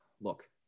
look